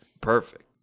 Perfect